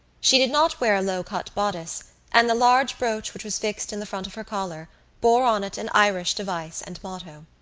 she did not wear a low-cut bodice and the large brooch which was fixed in the front of her collar bore on it an irish device and motto.